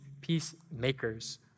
peacemakers